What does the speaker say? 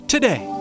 Today